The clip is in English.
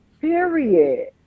period